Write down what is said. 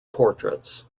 portraits